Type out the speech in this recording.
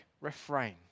Refrain